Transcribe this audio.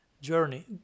journey